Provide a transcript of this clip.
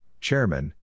Chairman